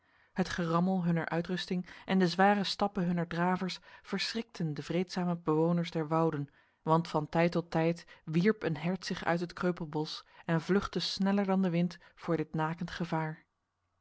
het gerammel hunner uitrusting en de zware stappen hunner dravers verschrikten de vreedzame bewoners der wouden want van tijd tot tijd wierp een hert zich uit het kreupelbos en vluchtte sneller dan de wind voor dit nakend gevaar